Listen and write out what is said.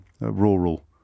rural